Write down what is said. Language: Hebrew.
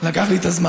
הוא לקח לי את הזמן.